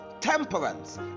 temperance